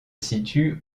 situe